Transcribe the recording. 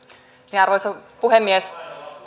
sinne arvoisa puhemies